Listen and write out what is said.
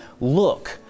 look